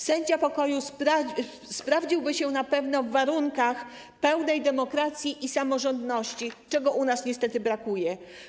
Sędzia pokoju sprawdziłby się na pewno w warunkach pełnej demokracji i samorządności, czego u nas niestety brakuje.